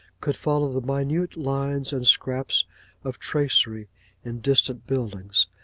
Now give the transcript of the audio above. could follow the minute lines and scraps of tracery in distant buildings.